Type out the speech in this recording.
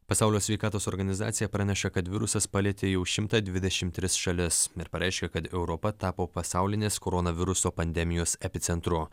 pasaulio sveikatos organizacija praneša kad virusas palietė jau šimtą dvidešimt tris šalis ir pareiškė kad europa tapo pasaulinės koronaviruso pandemijos epicentru